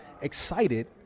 excited